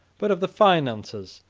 but of the finances,